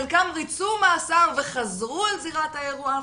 חלקם ריצו מאסר וחזרו אל זירת האירוע.